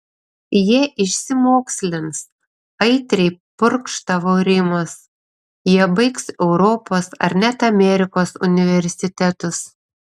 jie išsimokslins aitriai purkštavo rimas jie baigs europos ar net amerikos universitetus